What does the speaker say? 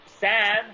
Sam